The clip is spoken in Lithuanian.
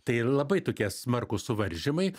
tai labai tokie smarkūs suvaržymai